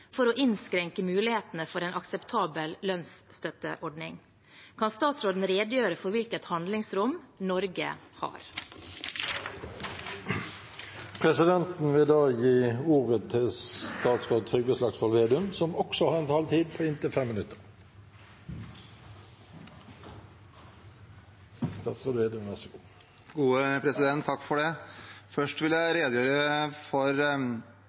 for å innskrenke mulighetene for en akseptabel lønnsstøtteordning? Kan statsråden redegjøre for hvilket handlingsrom Norge har? Presidenten vil da gi ordet til statsråd Trygve Slagsvold Vedum, som også har en taletid på inntil 5 minutter. Først vil jeg redegjøre for forslaget til ny lønnsstøtteordning og prosessen rundt det.